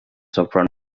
soprano